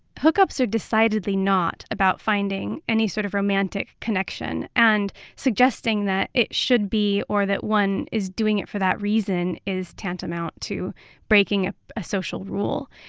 hookups are decidedly not about finding any sort of romantic connection and suggesting that it should be or that one is doing it for that reason is tantamount to breaking a social rule.